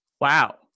wow